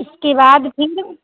उसके बाद फिर